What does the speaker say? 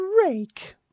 break